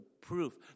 proof